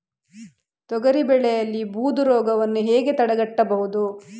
ತೊಗರಿ ಬೆಳೆಯಲ್ಲಿ ಬೂದು ರೋಗವನ್ನು ಹೇಗೆ ತಡೆಗಟ್ಟಬಹುದು?